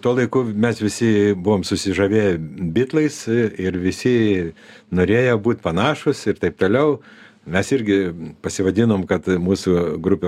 tuo laiku mes visi buvom susižavėję bitlais ir visi norėjo būt panašūs ir taip toliau mes irgi pasivadinom kad mūsų grupė